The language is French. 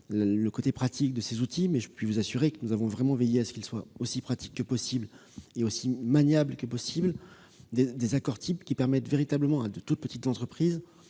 le côté pratique de ces outils, mais je puis vous assurer que nous avons veillé à ce qu'ils soient aussi pratiques et maniables que possible. Les accords types permettent véritablement à toutes petites entreprises